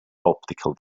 optical